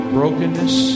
brokenness